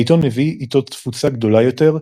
העיתון הביא איתו תפוצה גדולה יותר,